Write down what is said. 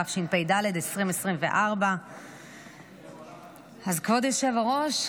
התשפ"ד 2024. כבוד היושב-ראש,